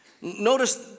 Notice